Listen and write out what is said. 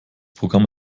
programm